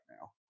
now